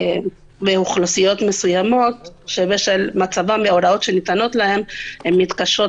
באוכלוסיות מסוימות שבשל מצבם והוראות שניתנות להם הן מתקשות